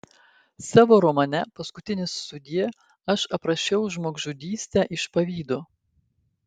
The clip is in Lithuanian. savo romane paskutinis sudie aš aprašiau žmogžudystę iš pavydo